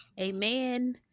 Amen